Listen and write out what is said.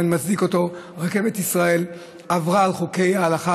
ואני מצדיק אותו: רכבת ישראל עברה על חוקי ההלכה,